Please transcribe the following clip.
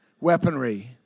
weaponry